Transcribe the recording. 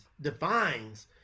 defines